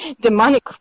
demonic